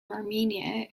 armenia